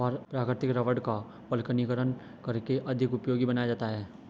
प्राकृतिक रबड़ का वल्कनीकरण करके अधिक उपयोगी बनाया जाता है